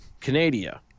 Canada